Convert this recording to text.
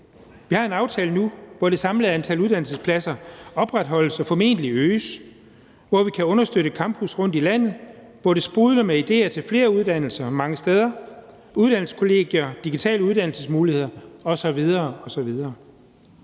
Vi har en aftale nu, hvor det samlede antal uddannelsespladser opretholdes og formentlig øges, hvor vi kan understøtte campusser rundt omkring i landet, hvor det sprudler af idéer til flere uddannelser mange steder og med uddannelseskollegier, digitale uddannelsesmuligheder osv.